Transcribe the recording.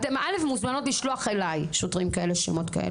אתן מוזמנות לשלוח אלי שמות של שוטרים כאלה.